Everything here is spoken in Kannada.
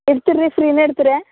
ಇರ್ತಿರ ರೀ ಫ್ರೀನೆ ಇರ್ತಿರೆ